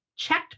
checked